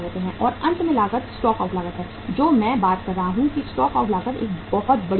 और अंत में लागत स्टॉक आउट लागत है जो मैं बात कर रहा हूं कि स्टॉक आउट लागत एक बहुत बड़ी लागत है